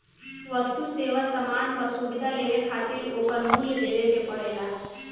वस्तु, सेवा, सामान कअ सुविधा लेवे खातिर ओकर मूल्य देवे के पड़ेला